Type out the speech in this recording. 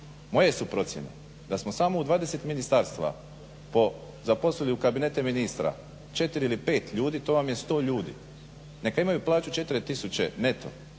Moje su procjene da smo samo u 20 ministarstava zaposlili u kabinete ministra 4 ili 5 ljudi to vam je 100 ljudi, neka imaju plaću 4000 neto,